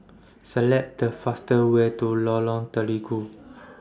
Select The faster Way to Lorong Terigu